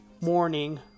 morning